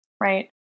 right